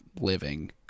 living